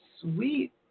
sweet